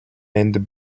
and